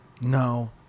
No